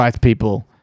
people